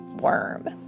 Worm